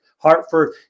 Hartford